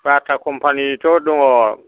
बाटा कम्पानिथ' दङ